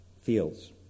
fields